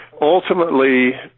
Ultimately